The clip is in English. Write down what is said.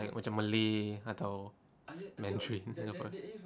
like macam malay atau mandarin